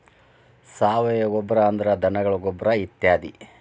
ಸಾವಯುವ ಗೊಬ್ಬರಾ ಅಂದ್ರ ಧನಗಳ ಗೊಬ್ಬರಾ ಇತ್ಯಾದಿ